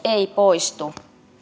ei poistu